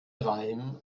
reim